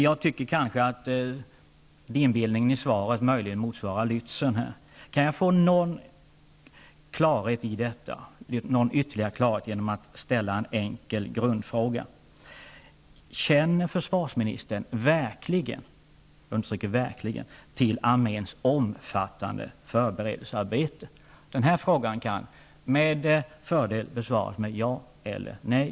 Jag tycker att dimbildningen i svaret möjligen motsvarar Kan jag få någon ytterligare klarhet i detta genom att ställa en enkel grundfråga: Känner försvarsministern verkligen till arméns omfattande förberedelsearbete? Den här frågan kan med fördel besvaras med ja eller nej.